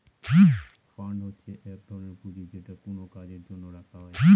fund হচ্ছে এক ধরনের পুঁজি যেটা কোনো কাজের জন্য রাখা হয়